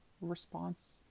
response